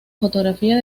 fotografía